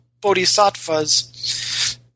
bodhisattvas